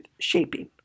shaping